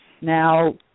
Now